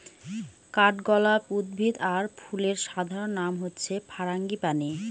কাঠগলাপ উদ্ভিদ আর ফুলের সাধারণ নাম হচ্ছে ফারাঙ্গিপানি